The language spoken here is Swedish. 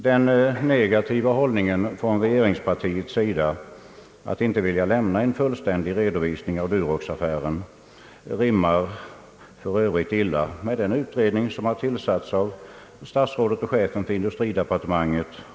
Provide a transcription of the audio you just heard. Den negativa hållningen från regeringspartiets sida att inte vilja lämna en fullständig redovisning av Duroxaffären rimmar för övrigt illa med direktiven för den utredning som tillsatts av statsrådet och chefen för industridepartementet.